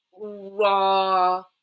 raw